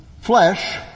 flesh